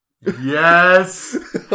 Yes